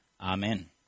Amen